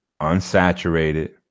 Unsaturated